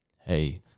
hey